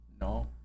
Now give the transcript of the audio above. No